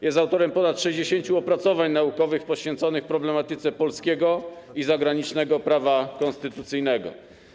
Jest autorem ponad 60 opracowań naukowych poświęconych problematyce polskiego i zagranicznego prawa konstytucyjnego.